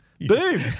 Boom